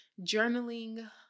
Journaling